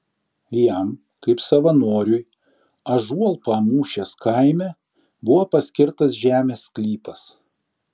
jam kaip savanoriui ąžuolpamūšės kaime buvo paskirtas žemės sklypas